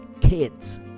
kids